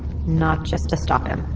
not just to stop him?